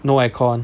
no icon